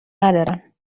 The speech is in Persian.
ندارن